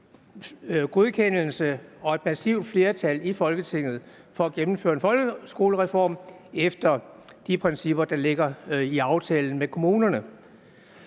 godkendelse og et massivt flertal i Folketinget for at gennemføre en folkeskolereform efter de principper, der ligger i aftalen med kommunerne.